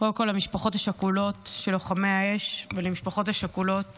קודם כול למשפחות השכולות של לוחמי האש ולמשפחות השכולות